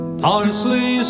parsley